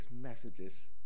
messages